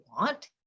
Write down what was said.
want